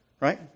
right